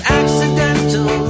accidental